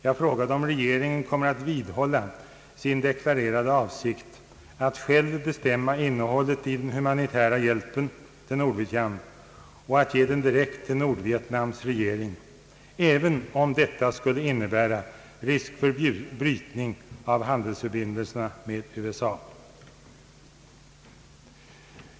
Jag frågade om regeringen kommer att vidhålla sin deklarerade avsikt att själv bestämma innehållet i den humanitära hjälpen till Nordvietnam och att ge den direkt till Nordvietnams regering även om det skulle innebära risk för brytning av handelsförbindelserna med USA.